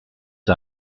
für